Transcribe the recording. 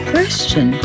Question